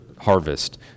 harvest